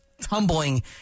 tumbling